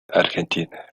argentina